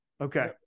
Okay